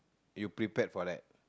you prepared for that